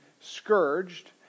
scourged